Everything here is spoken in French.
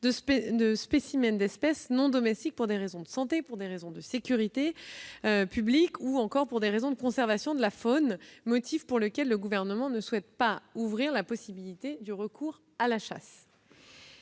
de spécimens d'espèces non domestiques pour des raisons de santé, de sécurité publique ou de conservation de la faune- un motif pour lequel le Gouvernement ne souhaite pas ouvrir la possibilité du recours à la chasse.